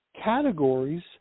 categories